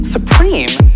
Supreme